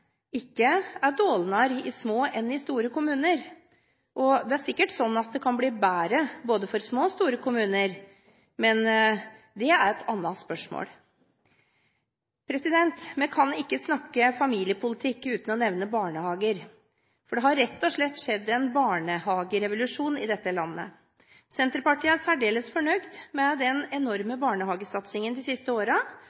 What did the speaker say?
ikke er dårligere i små enn i store kommuner. Det er sikkert sånn at det kan bli bedre for både små og store kommuner, men det er et annet spørsmål. Vi kan ikke snakke familiepolitikk uten å nevne barnehager. For det har rett og slett skjedd en barnehagerevolusjon i dette landet. Senterpartiet er særdeles fornøyd med den enorme